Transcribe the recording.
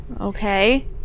Okay